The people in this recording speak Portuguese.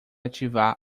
ativar